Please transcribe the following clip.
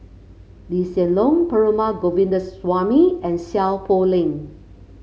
Lee Hsien Loong Perumal Govindaswamy and Seow Poh Leng